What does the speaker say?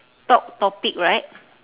talk topic right